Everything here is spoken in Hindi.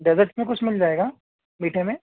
डेजर्ट में कुछ मिल जाएगा मीठे में